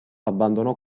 abbandonò